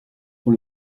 pour